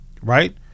Right